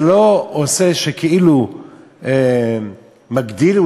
זה לא כאילו מגדיל,